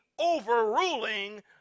overruling